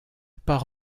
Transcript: part